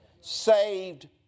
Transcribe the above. saved